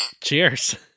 Cheers